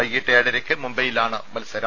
വൈകീട്ട് ഏഴരക്ക് മുംബൈയിലാണ് മത്സരം